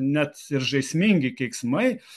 net žaismingi keiksmai